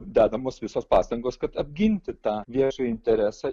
dedamos visos pastangos kad apginti tą viešąjį interesą